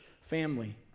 family